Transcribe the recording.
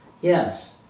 Yes